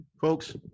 Folks